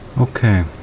Okay